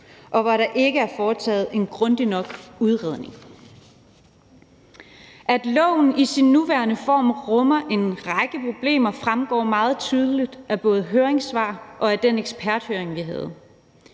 og hvor der ikke er foretaget en grundig nok udredning. At lovforslaget i sin nuværende form rummer en række problemer, fremgår meget tydeligt af både høringssvar og af den eksperthøring, vi havde.